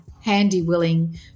handy-willing